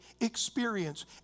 experience